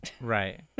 Right